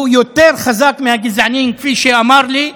שהוא יותר חזק מהגזענים, כפי שאמר לי.